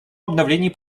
обновлении